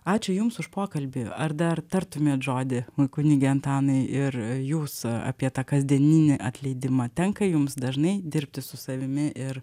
ačiū jums už pokalbį ar dar tartumėt žodį kunige antanai ir jūs apie tą kasdieninį atleidimą tenka jums dažnai dirbti su savimi ir